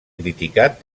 criticat